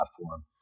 platform